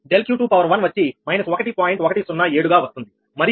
∆Q21 వచ్చి −1